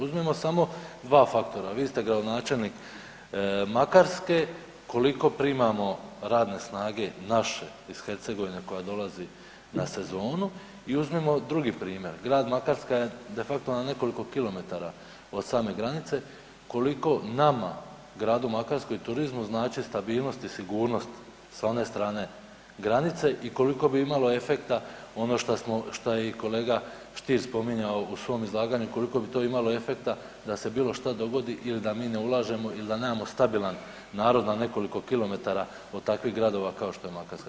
Uzmimo samo 2 faktora, vi ste gradonačelnik Makarske, koliko primamo radne snage naše ih Hercegovine koja dolazi na sezonu i uzmimo drugi primjer, grad Makarska je de facto na nekoliko kilometara od same granice, koliko nama gradu Makarskoj i turizmu znači stabilnost i sigurnost s one strane granice i koliko bi imalo efekta ono šta smo, šta je i kolega Stier spominjao u svom izlaganju koliko bi to imalo efekta da se bilo šta dogodi ili da mi ne ulažemo ili da nemamo stabilan narod na nekoliko kilometara od takvim gradova kao što je Makarska?